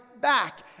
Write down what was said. back